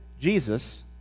Jesus